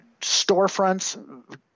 storefronts